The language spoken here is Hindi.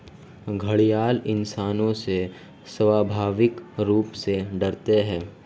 घड़ियाल इंसानों से स्वाभाविक रूप से डरते है